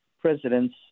presidents